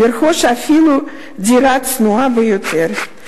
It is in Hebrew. לרכוש אפילו דירה צנועה ביותר.